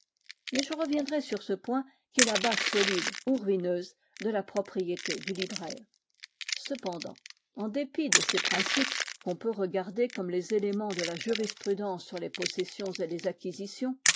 mais je reviendrai sur ce point qui est la base solide ou ruineuse de la propriété du libraire cependant en dépit de ces principes qu'on peut regarder comme les éléments de la jurisprudence sur les possessions et les acquisitions